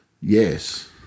Yes